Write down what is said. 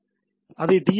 எனவே அதை டி